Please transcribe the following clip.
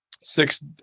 six